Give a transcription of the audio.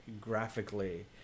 Graphically